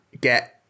get